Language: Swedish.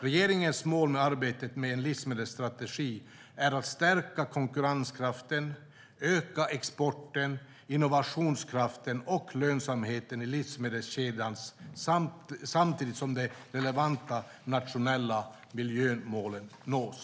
Regeringens mål med arbetet med en livsmedelsstrategi är att stärka konkurrenskraften och öka exporten, innovationskraften och lönsamheten i livsmedelskedjan samtidigt som de relevanta nationella miljömålen nås.